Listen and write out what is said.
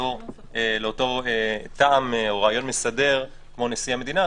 לאותו טעם או רעיון מסדר כמו נשיא המדינה.